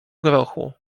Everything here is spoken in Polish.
grochu